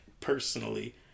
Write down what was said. personally